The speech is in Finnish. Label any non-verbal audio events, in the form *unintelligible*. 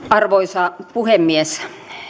*unintelligible* arvoisa puhemies